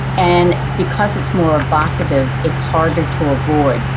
and because it's more evocative, it's harder to avoid.